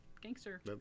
gangster